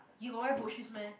you got wear boat shoes meh